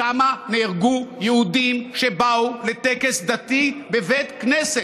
שם נהרגו יהודים שבאו לטקס דתי בבית כנסת.